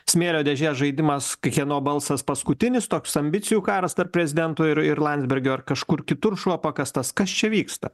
smėlio dėžės žaidimas k kieno balsas paskutinis toks ambicijų karas tarp prezidento ir ir landsbergio ar kažkur kitur šuo pakastas kas čia vyksta